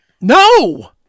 No